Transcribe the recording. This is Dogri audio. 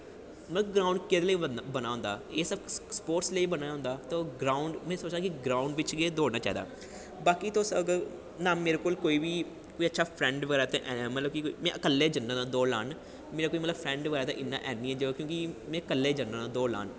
मतलब ग्राऊंड़ केह्दे लेई बने दा होंदा एह् सब स्पोटस लेई बने दा होंदा ते में सोचा ना कि ग्राऊंड़ बिच्च गै दौड़ना चाहिदा बाकी तुस अगर ना मेरे कोल कोई अच्छा फ्रैंड बगैरा ते में पक्का गै जन्ना होन्ना दौड़ लान मेरा मतलब कि फ्रैंड बगैरा है निं ऐ क्योंकि में कल्ले गै जन्ना होन्ना दौड़ लान